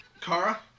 Kara